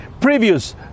previous